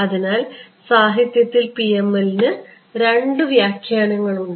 അതിനാൽ സാഹിത്യത്തിൽ PML ന് രണ്ട് വ്യാഖ്യാനങ്ങളുണ്ട്